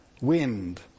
wind